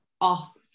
off